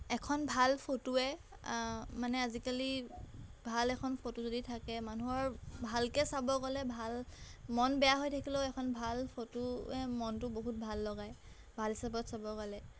এখন ভাল ফটোয়ে মানে আজিকালি ভাল এখন ফটো যদি থাকে মানুহৰ ভালকৈ চাব গ'লে ভাল মন বেয়া হৈ থাকিলেও এখন ভাল ফটোয়ে মনটো বহুত ভাল লগায় ভাল হিচাপত চাব গ'লে